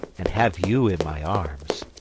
and have you in my arms,